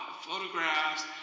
photographs